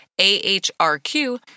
AHRQ